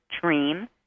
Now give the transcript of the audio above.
dream